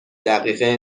دقیقه